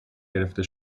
گرفته